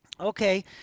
Okay